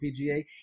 PGA